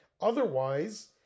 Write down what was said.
Otherwise